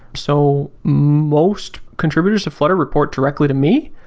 so most contributors of flutter report directly to me.